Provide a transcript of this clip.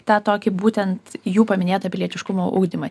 tą tokį būtent jų paminėtą pilietiškumo ugdymą